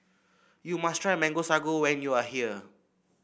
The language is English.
you must try Mango Sago when you are here